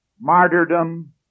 Martyrdom